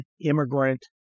immigrant